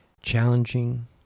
challenging